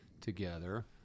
together